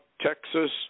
Texas